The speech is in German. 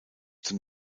zum